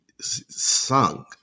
sung